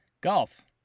golf